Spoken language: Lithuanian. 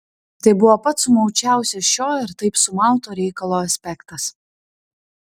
tai buvo pats sumaučiausias šio ir taip sumauto reikalo aspektas